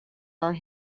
our